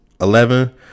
Eleven